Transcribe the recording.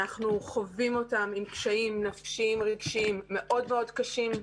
אנחנו חווים אותם עם קשיים נפשיים רגשיים מאוד מאוד קשים,